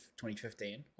2015